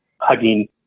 Hugging